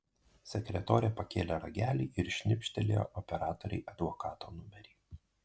sekretorė pakėlė ragelį ir šnibžtelėjo operatorei advokato numerį